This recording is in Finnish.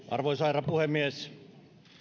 arvoisa herra puhemies